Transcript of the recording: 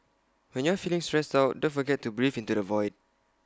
when you are feeling stressed out don't forget to breathe into the void